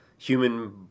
human